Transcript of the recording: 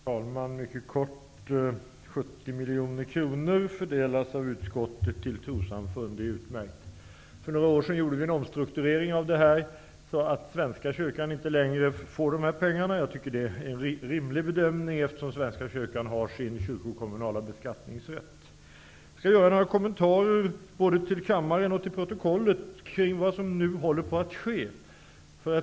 Herr talman! Utskottet vill fördela 70 miljoner kronor till olika trossamfund. Det är utmärkt. För några år sedan genomfördes en omstrukturering. Svenska kyrkan får inte längre dessa pengar. Jag tycker att det är en rimlig bedömning, eftersom Jag skall göra några kommentarer, både för kammaren och till protokollet, om vad som nu håller på att ske.